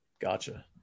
Gotcha